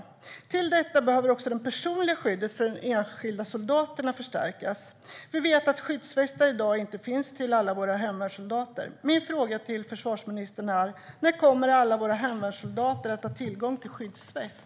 Utöver detta behöver det personliga skyddet för de enskilda soldaterna förstärkas. Vi vet att skyddsvästar inte finns till alla våra hemvärnssoldater i dag. Min fråga till försvarsministern är: När kommer alla våra hemvärnssoldater att ha tillgång till skyddsväst?